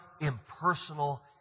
impersonal